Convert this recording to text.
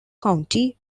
county